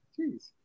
Jeez